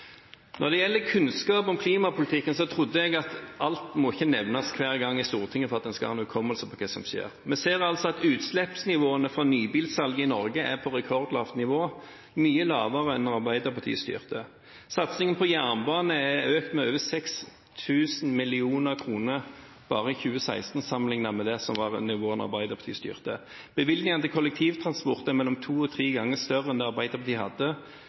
Når det gjelder kunnskap om klimapolitikken, trodde jeg ikke at alt måtte nevnes hver gang i Stortinget for at en skal ha en hukommelse for det som skjer. Vi ser at utslippene fra nybilsalget i Norge er på rekordlavt nivå – mye lavere enn da Arbeiderpartiet styrte. Satsingen på jernbane er økt med over 6 000 mill. kr bare i 2016, sammenlignet med det som var nivået da Arbeiderpartiet styrte. Bevilgningene til kollektivtransport er mellom to og tre ganger større enn det Arbeiderpartiet hadde